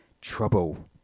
trouble